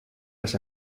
las